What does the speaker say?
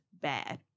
bad